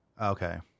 Okay